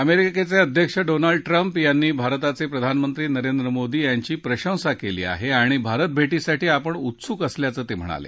अमेरिकेचे अध्यक्ष Donald Trump यांनी भारताचे प्रधानमंत्री नरेंद मोदी यांची प्रशंसा केली आहे आणि भारतभेटीसाठी आपण उत्सुक असल्याचं ते म्हणाले